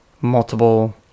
multiple